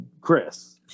Chris